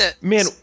man